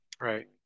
Right